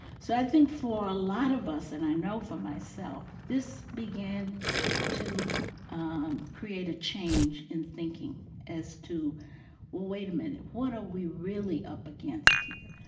so i think for a lot of us, and i know for myself, this began to um create a change in thinking as to wait a minute what are we really up against here?